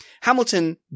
Hamilton